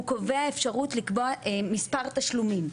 הוא קובע אפשרות לקבוע מספר תשלומים.